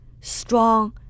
strong